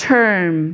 Term